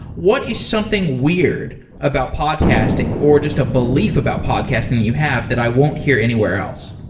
what is something weird about podcasting, or just a belief about podcasting that you have that i won't hear anywhere else?